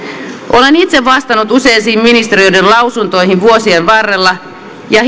olen itse vastannut useisiin ministeriöiden lausuntopyyntöihin vuosien varrella ja